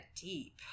deep